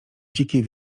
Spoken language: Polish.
dzikie